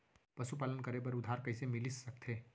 पशुपालन करे बर उधार कइसे मिलिस सकथे?